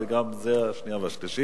וזה השנייה והשלישית.